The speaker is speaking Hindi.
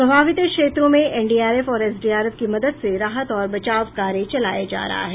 प्रभावित क्षेत्रों में एनडीआरएफ और एसडीआरएफ की मदद से राहत और बचाव कार्य चलाया जा रहा है